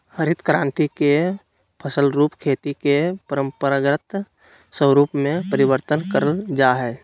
हरित क्रान्ति के फलस्वरूप खेती के परम्परागत स्वरूप में परिवर्तन करल जा हइ